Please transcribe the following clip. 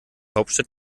hauptstadt